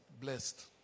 blessed